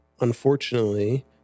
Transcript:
unfortunately